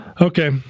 Okay